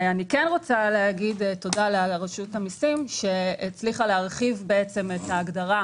אני כן רוצה להגיד תודה לרשות המסים שהצליחה להרחיב את ההגדרה,